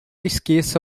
esqueça